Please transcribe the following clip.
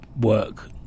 work